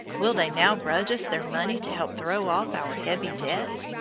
will they now grudge us their money to help throw off our heavy debt!